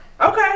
Okay